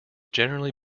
generally